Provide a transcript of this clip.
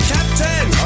Captain